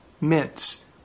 Mints